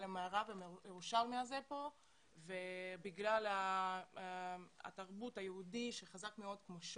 העירוב כאן ובגלל התרבות היהודית שחזקה כאן.